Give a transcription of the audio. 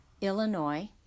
Illinois